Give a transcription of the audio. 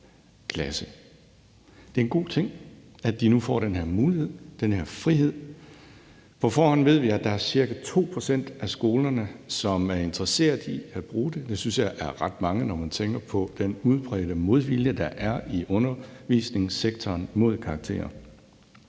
Det er en god ting, at de nu får den her mulighed, den her frihed. På forhånd ved vi, at der er ca. 2 pct. af skolerne, som er interesseret i at bruge det. Det synes jeg er ret mange, når man tænker på den udbredte modvilje, der er, i undervisningssektoren mod karakterer.